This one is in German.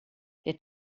der